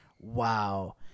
wow